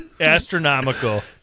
Astronomical